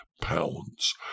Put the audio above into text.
pounds